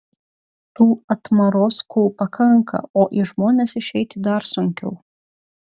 tų atmarozkų pakanka o į žmones išeiti dar sunkiau